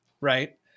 right